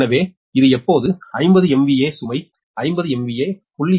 எனவே இது எப்போது 50 MVA சுமை 50 MVA 0